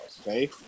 Okay